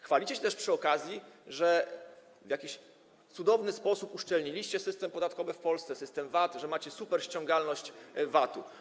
Chwalicie się też przy okazji, że w jakiś cudowny sposób uszczelniliście system podatkowy w Polsce, system VAT, że macie superściągalność VAT-u.